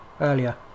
earlier